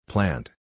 Plant